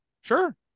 Sure